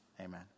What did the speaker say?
Amen